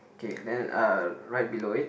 okay then uh right below it